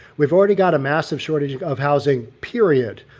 we've already got a massive shortage of housing period,